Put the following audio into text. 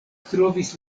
trovis